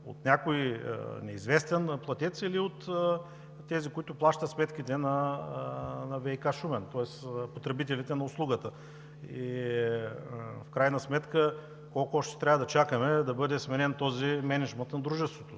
от някой неизвестен платец или от тези, които плащат сметките на ВиК – Шумен, тоест потребителите на услугата? В крайна сметка, колко още трябва да чакаме, за да бъде сменен този мениджмънт на дружеството?